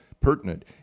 pertinent